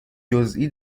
جزئی